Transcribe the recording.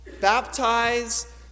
baptize